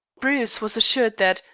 bruce was assured that,